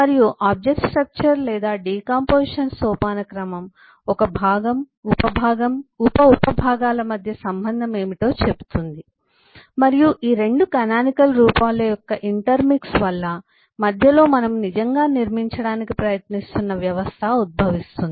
మరియు object structure లేదా decomposition సోపానక్రమం ఒక భాగం ఉప భాగం ఉప ఉప భాగాల మధ్య సంబంధం ఏమిటో చెబుతుంది మరియు ఈ రెండు కానానికల్ రూపముల యొక్క ఇంటర్మిక్స్ వల్ల మధ్యలో మనము నిజంగా నిర్మించడానికి ప్రయత్నిస్తున్న వ్యవస్థ ఉద్భవిస్తుంది